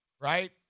right